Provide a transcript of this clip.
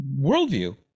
worldview